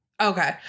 Okay